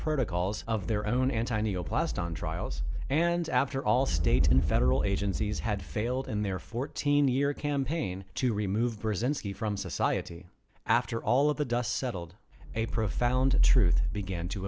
protocols of their own antonio passed on trials and after all state and federal agencies had failed in their fourteen year campaign to remove brezinski from society after all of the dust settled a profound truth began to